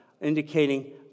indicating